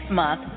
month